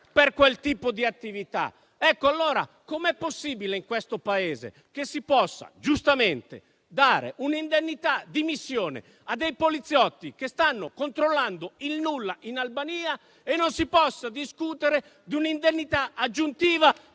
per quel tipo di attività. Come è possibile che in questo Paese si possa giustamente dare un'indennità di missione a dei poliziotti che stanno controllando il nulla in Albania e non si possa discutere di un'indennità aggiuntiva